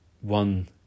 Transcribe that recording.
one